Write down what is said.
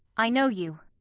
i know you.